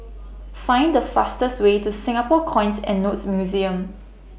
Find The fastest Way to Singapore Coins and Notes Museum